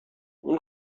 اون